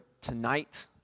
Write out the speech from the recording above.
tonight